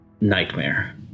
nightmare